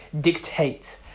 dictate